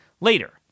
later